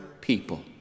people